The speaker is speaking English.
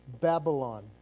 Babylon